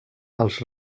els